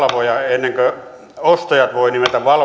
ennen kuin ostajat voivat nimetä valvojan eli